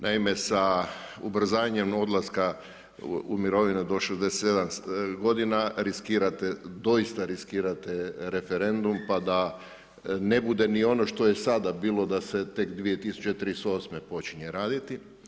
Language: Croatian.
Naime sa ubrzanjem odlaska u mirovinu do 67 godina riskirate, doista riskirate referendum pa da ne bude ni ono što je sada bilo da se tek 2038 počinje raditi.